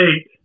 eight